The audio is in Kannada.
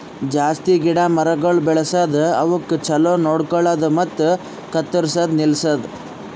ಜಾಸ್ತಿ ಗಿಡ ಮರಗೊಳ್ ಬೆಳಸದ್, ಅವುಕ್ ಛಲೋ ನೋಡ್ಕೊಳದು ಮತ್ತ ಕತ್ತುರ್ಸದ್ ನಿಲ್ಸದು